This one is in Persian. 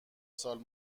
سال